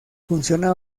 funciona